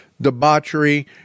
debauchery